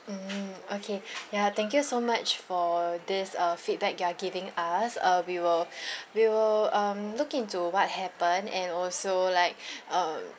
mm okay ya thank you so much for this uh feedback you are giving us uh we will we will um look into what happen and also like um